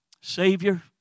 Savior